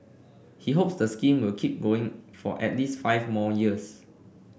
he hopes the scheme will keep going for at least five more years